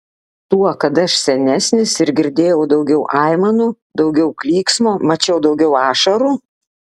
tuo kad aš senesnis ir girdėjau daugiau aimanų daugiau klyksmo mačiau daugiau ašarų